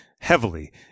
heavily